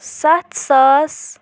سَتھ ساس